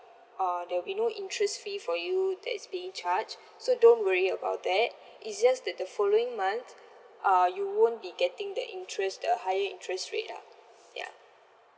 uh there'll be no interest fee for you that is being charged so don't worry about that it's just that the following month uh you won't be getting the interest the higher interest rate lah ya